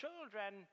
children